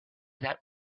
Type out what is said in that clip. that